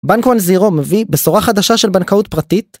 בנק וואן זירו מביא בשורה חדשה של בנקאות פרטית